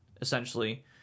essentially